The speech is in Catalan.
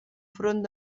front